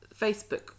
Facebook